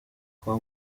kwa